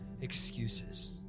excuses